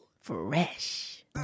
Fresh